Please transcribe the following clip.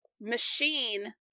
machine